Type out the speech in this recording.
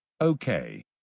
Okay